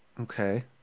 Okay